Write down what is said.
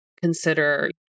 consider